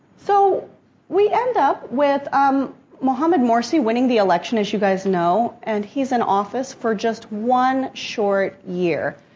so we end up with um mohamed morsi winning the election as you guys know. and he's in office for just one short year,